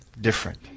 different